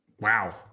wow